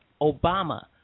Obama